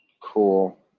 Cool